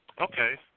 Okay